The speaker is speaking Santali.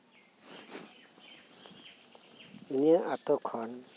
ᱤᱧᱟᱹᱜ ᱟᱛᱩ ᱠᱷᱚᱱ